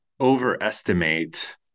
overestimate